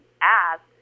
ask